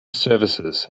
services